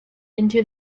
into